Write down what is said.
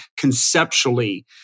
conceptually